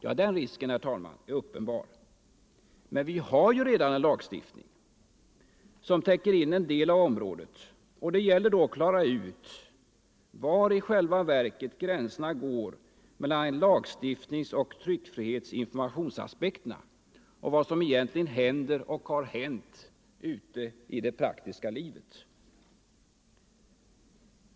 Ja, den risken är uppenbar, herr talman, men vi har ju redan en lagstiftning som täcker in en del av området, och det gäller då att klara ut var gränserna i själva verket går mellan lagstiftningsoch tryckfrihetsoch informationsaspekterna och vad som egentligen händer och har hänt ute i det praktiska livet.